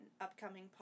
upcoming